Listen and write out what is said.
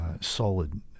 solid